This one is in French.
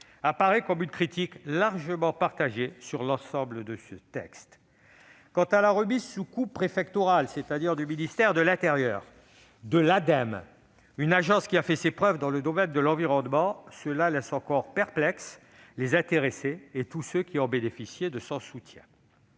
fonde une critique largement partagée portant sur l'ensemble de ce texte. Quant à la remise sous coupe préfectorale, c'est-à-dire sous celle du ministère de l'intérieur, de l'Ademe- une agence qui a fait ses preuves dans le domaine de l'environnement -, elle laisse encore perplexes les intéressés et tous ceux qui ont bénéficié de son soutien.